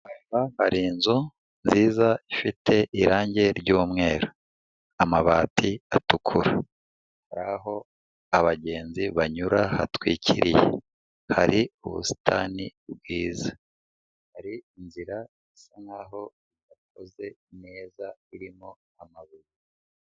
Aha hari inzu nziza ifite irangi ry'umweru, amabati atukura, hari aho abagenzi banyura hatwikiriye, hari ubusitani bwiza, hari inzira isa nkaho yakozwe neza irimo amabuye.